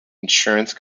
insurance